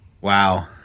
Wow